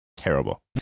terrible